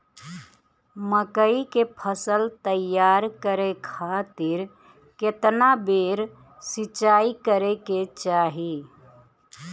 मकई के फसल तैयार करे खातीर केतना बेर सिचाई करे के चाही?